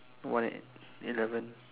one at eleven